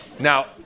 Now